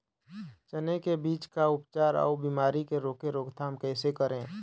चने की बीज का उपचार अउ बीमारी की रोके रोकथाम कैसे करें?